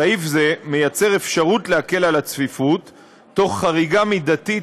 סעיף זה יוצר אפשרות להקל את הצפיפות תוך חריגה מידתית